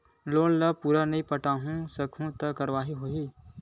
Loan ला पूरा नई पटा सकहुं का कारवाही होही?